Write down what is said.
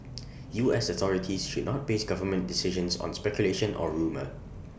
U S authorities should not base government decisions on speculation or rumour